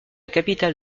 capitale